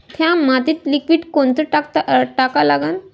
थ्या मातीत लिक्विड कोनचं टाका लागन?